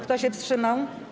Kto się wstrzymał?